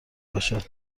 باشد